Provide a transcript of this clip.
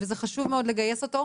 וחשוב מאוד לגייס אותו.